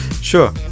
Sure